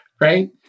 Right